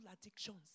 addictions